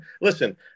listen